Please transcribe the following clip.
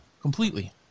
completely